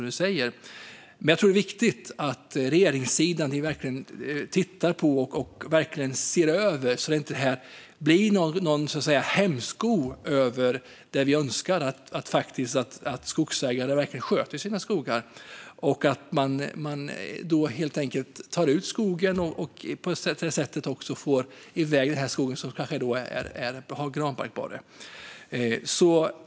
Jag tror dock att det är viktigt att man från regeringssidan verkligen ser över att detta inte blir en hämsko för det som vi önskar, alltså att skogsägare verkligen sköter sina skogar och också tar bort och får iväg den skog som har granbarkborre.